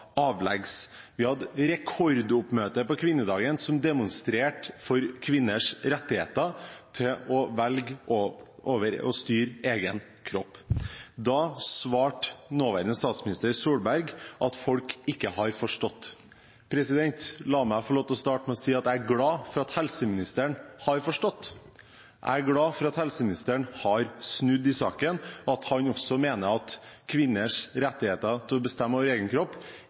Vi hadde rekordoppmøte på kvinnedagen, der man demonstrerte for kvinners rettigheter til selv å velge og styre over egen kropp. Da svarte nåværende statsminister Solberg at folk ikke har forstått. La meg få lov til å starte med å si at jeg er glad for at helseministeren har forstått. Jeg er glad for at helseministeren har snudd i saken, at han også mener at kvinners rettigheter til å bestemme over egen kropp,